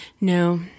No